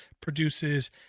produces